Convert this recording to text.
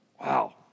wow